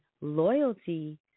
loyalty